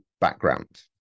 background